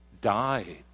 died